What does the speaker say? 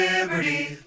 liberty